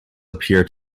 appear